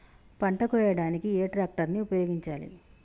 పంట కోయడానికి ఏ ట్రాక్టర్ ని ఉపయోగించాలి?